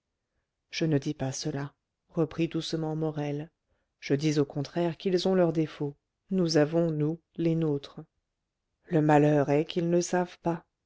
je ne dis pas cela reprit doucement morel je dis au contraire qu'ils ont leurs défauts nous avons nous les nôtres le malheur est qu'ils ne savent pas